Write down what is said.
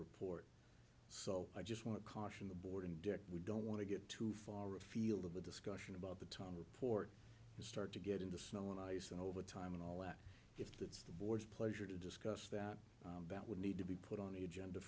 report so i just want to caution the board and we don't want to get too far afield of the discussion about the time before you start to get in the snow and ice and overtime and all that if that's the board's pleasure to discuss that that would need to be put on the agenda